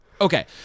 Okay